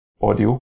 audio